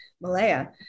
Malaya